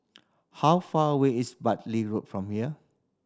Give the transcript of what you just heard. how far away is Bartley Road from here